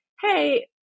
hey